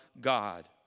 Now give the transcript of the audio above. God